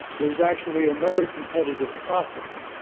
there's actually another competitive process.